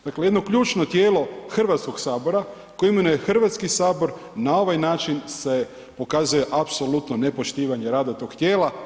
Dakle, jedno ključno tijelo Hrvatskog sabora koje imenuje Hrvatski sabor na ovaj način se pokazuje apsolutno nepoštivanje rada toga tijela.